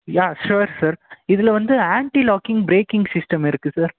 யா sure sir இதில் வந்து anti locking braking system இருக்கு சார்